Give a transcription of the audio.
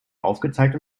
aufgezeigt